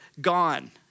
gone